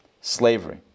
slavery